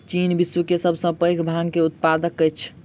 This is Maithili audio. चीन विश्व के सब सॅ पैघ भांग के उत्पादक अछि